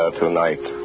tonight